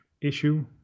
issue